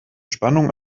spannung